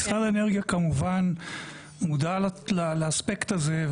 משרד האנרגיה כמובן מודע לאספקט הזה.